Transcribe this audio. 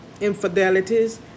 infidelities